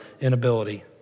inability